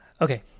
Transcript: Okay